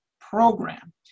program